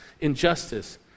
injustice